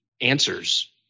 answers